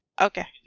Okay